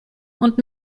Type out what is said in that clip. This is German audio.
und